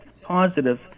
positive